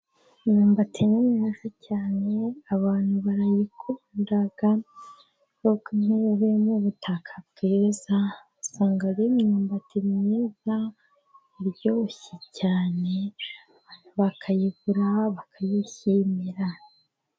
Imyumbati ni myiza cyane abantu barayikunda, iyo ivuye mu butaka bwiza usanga ari imyumbati myiza iryoshye cyane bakayigura bakayishimira.